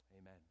amen